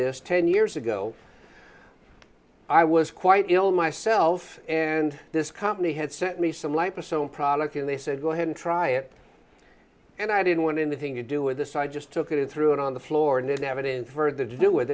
this ten years ago i was quite ill myself and this company had sent me some light for some product and they said go ahead and try it and i didn't want anything to do with this i just took it and threw it on the floor and evidence for the do with